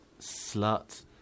Slut